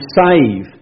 save